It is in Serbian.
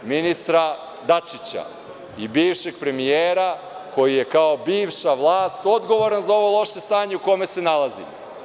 Znači, ministra Dačića i bivšeg premijera, koji je to bivša vlast odgovoran za ovo loše stanje u kome se nalazi.